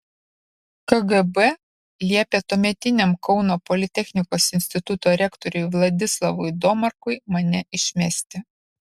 kgb liepė tuometiniam kauno politechnikos instituto rektoriui vladislavui domarkui mane išmesti